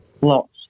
Lots